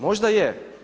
Možda je.